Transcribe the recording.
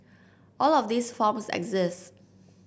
all of these forms exist